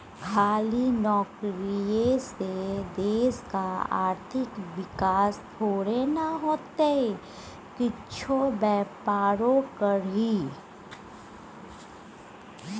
खाली नौकरीये से देशक आर्थिक विकास थोड़े न हेतै किछु बेपारो करही